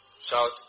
Shout